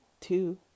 two